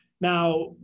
Now